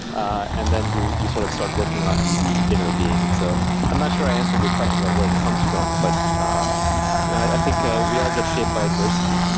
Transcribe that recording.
and then you you sort of start working on the the inner being. so i'm not sure i answered your question about where it comes from. but i i think ah we all get shaped by adversity.